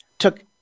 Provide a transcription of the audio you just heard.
took